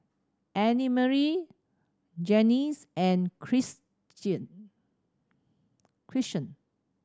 Annemarie Junius and Christion